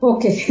Okay